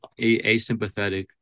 asympathetic